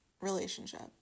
relationship